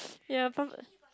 ya